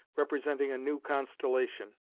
representing a new constellation.